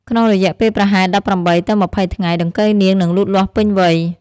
ក្នុងរយៈពេលប្រហែល ១៨ ទៅ ២០ ថ្ងៃ ដង្កូវនាងនឹងលូតលាស់ពេញវ័យ។